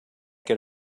get